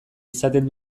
izaten